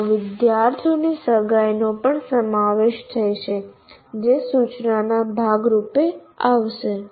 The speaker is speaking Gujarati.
તેમાં વિદ્યાર્થીઓની સગાઈનો પણ સમાવેશ થશે જે સૂચનાના ભાગરૂપે આવશે